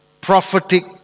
Prophetic